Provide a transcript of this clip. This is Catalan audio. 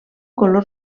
color